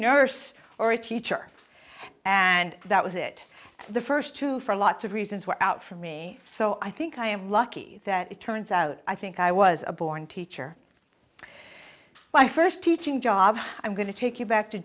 nurse or a teacher and that was it the first two for lots of reasons were out for me so i think i am lucky that it turns out i think i was a born teacher my first teaching job i'm going to take you back to